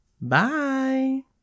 Bye